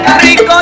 rico